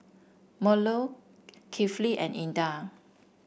Melur Kifli and Indah